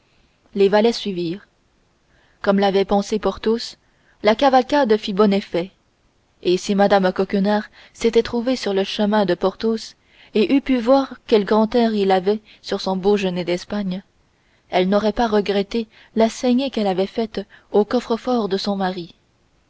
les valets suivirent comme l'avait pensé porthos la cavalcade fit bon effet et si mme coquenard s'était trouvée sur le chemin de porthos et eût pu voir quel grand air il avait sur son beau genet d'espagne elle n'aurait pas regretté la saignée qu'elle avait faite au coffrefort de son mari